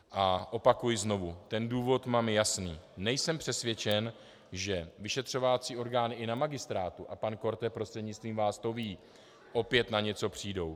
A opakuji znovu, ten důvod mám jasný: nejsem přesvědčen, že vyšetřovací orgány i na Magistrátu, a pan Korte prostřednictvím vás to ví, opět na něco přijdou.